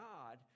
God